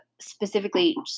specifically